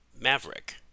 Maverick